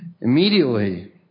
immediately